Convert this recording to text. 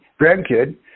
grandkid